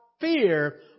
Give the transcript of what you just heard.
fear